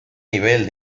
nivel